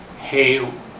Hey